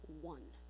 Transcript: one